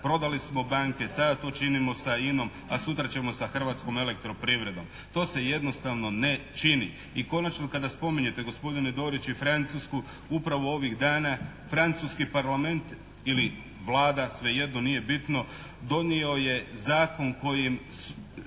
Prodali smo banke, sada to činimo sa "INA"-om, a sutra ćemo sa Hrvatskom elektroprivredom. To se jednostavno ne čini. I konačno kada spominjete gospodine Dorić i Francusku, upravo ovih dana francuski Parlament ili vlada sve jedno, nije bitno, donio je zakon kojim